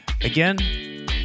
Again